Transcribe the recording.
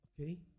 okay